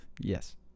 Yes